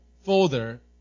folder